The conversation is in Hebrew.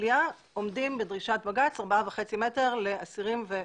הכליאה עומדים בדרישת בג"ץ ל-4.5 מטר לאסירים ולעצורים.